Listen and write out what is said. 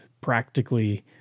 practically